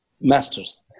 masters